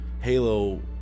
Halo